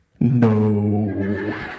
No